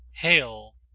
hail!